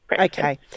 Okay